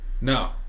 No